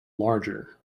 larger